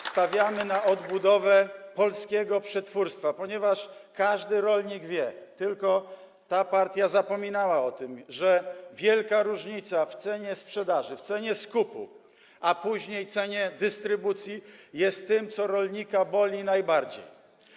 Stawiamy na odbudowę polskiego przetwórstwa, ponieważ każdy rolnik wie - tylko ta partia zapominała o tym - że wielka różnica ceny sprzedaży, ceny skupu i później ceny dystrybucji jest tym, co rolnika boli najbardziej.